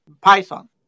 Python